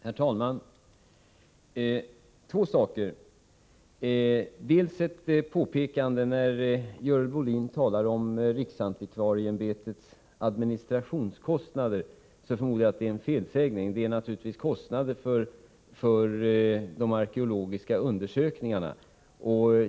Herr talman! Jag skall kommentera två saker. När Görel Bohlin talade om riksantikvarieämbetets administrationskostnader förmodar jag att hon gjorde sig skyldig till en felsägning. Det är naturligtvis kostnader för de arkeologiska undersökningarna.